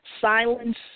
silence